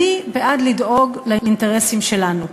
אני בעד לדאוג לאינטרסים שלנו.